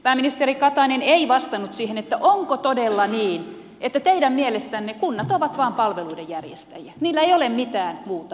pääministeri katainen ei vastannut siihen onko todella niin että teidän mielestänne kunnat ovat vain palveluiden järjestäjiä niillä ei ole mitään muuta tehtävää